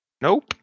Nope